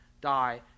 die